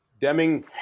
Deming